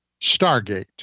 Stargate